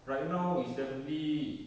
right now is definitely